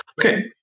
Okay